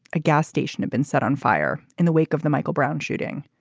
a gas station had been set on fire in the wake of the michael brown shooting.